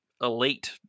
elite